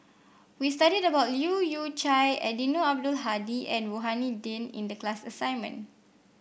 we studied about Leu Yew Chye Eddino Abdul Hadi and Rohani Din in the class assignment